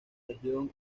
región